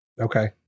Okay